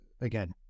again